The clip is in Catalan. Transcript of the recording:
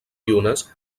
llunes